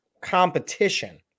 competition